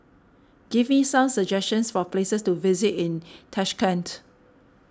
give me some suggestions for places to visit in Tashkent